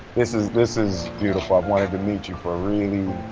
this is this is beautiful. i've wanted to meet you for a really,